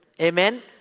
Amen